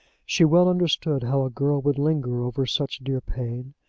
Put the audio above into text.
she well understood how a girl would linger over such dear pain,